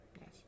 Yes